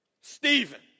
Stephen